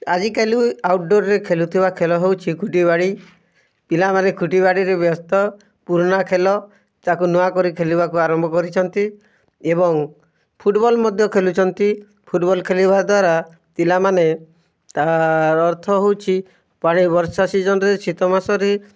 ଆଜିକାଲି ଆଉଟ୍ଡ଼ୋର୍ରେ ଖେଲୁଥିବା ଖେଲ ହେଉଛି ଖୁଟି ବାଡ଼ି ପିଲାମାନେ ଖୁଟି ବାଡ଼ିରେ ବ୍ୟସ୍ତ ପୁରୁଣା ଖେଲ ତାକୁ ନୂଆ କରି ଖେଲିବାକୁ ଆରମ୍ଭ କରିଛନ୍ତି ଏବଂ ଫୁଟ୍ବଲ୍ ମଧ୍ୟ ଖେଲୁଛନ୍ତି ଫୁଟ୍ବଲ୍ ଖେଳିବା ଦ୍ୱାରା ପିଲାମାନେ ତାହାର ଅର୍ଥ ହେଉଛି ପାଣି ବର୍ଷା ସିଜନ୍ରେ ଶୀତ ମାସରେ